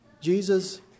Jesus